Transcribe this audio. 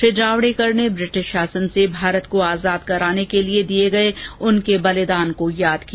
श्री जावड़ेकर ने ब्रिटिश शासन से भारत को आजाद कराने के लिए दिए गए बलिदान को याद किया